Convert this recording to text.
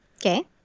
Okay